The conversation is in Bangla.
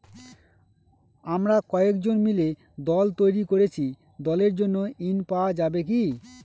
আমরা কয়েকজন মিলে দল তৈরি করেছি দলের জন্য ঋণ পাওয়া যাবে কি?